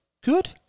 good